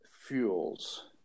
fuels